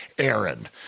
Aaron